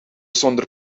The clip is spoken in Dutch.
zonder